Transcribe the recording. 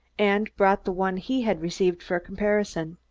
and brought the one he had received for comparison.